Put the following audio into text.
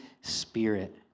Spirit